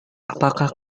apakah